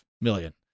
million